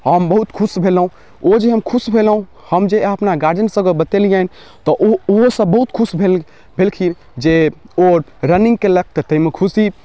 हम बहुत खुश भेलौ ओ जे हम खुश भेलौ हम जे अपना गार्जियन सबके बतेलियैन तऽ ऊ ऊहो सब बहुत खुश भेल भेलखिन जे ओ रनिंग केलक तऽ तइमे खुशी